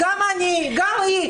גם אני, גם היא.